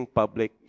public